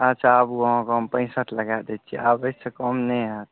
अच्छा आबू अहाँकेँ हम पैंसठ लगा दै छी आब एहिसँ कम नहि होयत